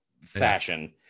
fashion